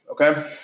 okay